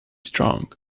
strong